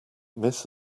miss